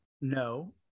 No